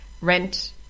rent